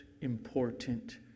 important